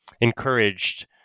encouraged